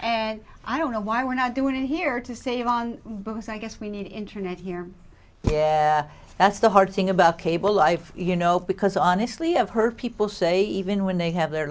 and i don't know why we're not doing it here to save on books i guess we need internet here that's the hard thing about cable life you know because honestly i've heard people say even when they have the